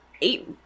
eight